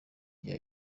bya